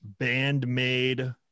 Bandmade